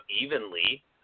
evenly